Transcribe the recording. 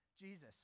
Jesus